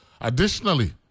Additionally